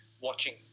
watching